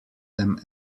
them